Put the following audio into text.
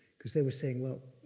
cause they were saying, well,